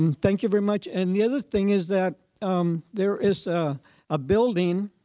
um thank you very much. and the other thing is that there is a building